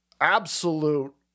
absolute